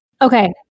Okay